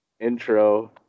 intro